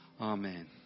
Amen